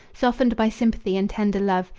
softened by sympathy and tender love,